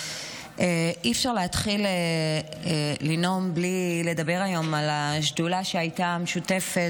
אי-אפשר להתחיל לנאום בלי לדבר על השדולה המשותפת